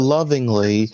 Lovingly